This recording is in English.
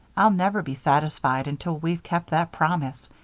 i'll never be satisfied until we've kept that promise,